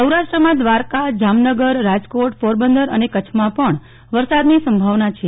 સૌરાષ્ટ્રમાં દ્વારકા જામનગર રાજકોટ પોરબંદર અને કચ્છમાં પણ વરસાદની સંભાવના છે